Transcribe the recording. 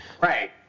Right